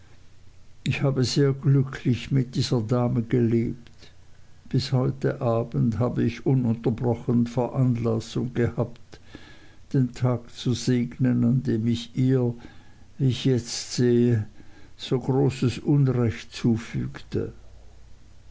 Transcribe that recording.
ich habe sehr glücklich mit dieser dame gelebt bis heute abends habe ich ununterbrochen veranlassung gehabt den tag zu segnen an dem ich ihr wie ich jetzt sehe so großes unrecht zufügte